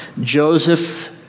Joseph